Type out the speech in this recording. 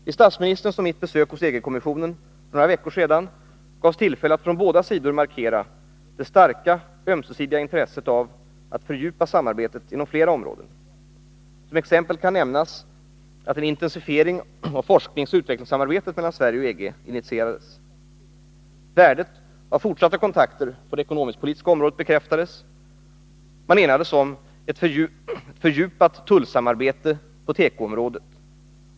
Vid statsministerns och mitt besök hos EG-kommissionen för några veckor sedan gavs tillfälle att från båda sidor markera det starka ömsesidiga intresset avatt fördjupa samarbetet inom flera områden. Som exempel kan nämnas att en intensifiering av forskningsoch utvecklingssamarbetet mellan Sverige och EG initierades. Värdet av fortsatta kontakter på det ekonomisk-politiska området bekräftades, och vi enades om ett fördjupat tullsamarbete på tekoområdet.